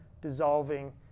dissolving